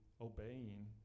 obeying